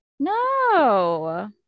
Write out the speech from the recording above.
no